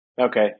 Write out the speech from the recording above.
Okay